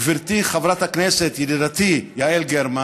גברתי חברת הכנסת, ידידתי יעל גרמן,